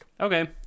Okay